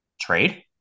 Trade